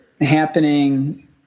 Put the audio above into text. happening